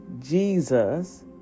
Jesus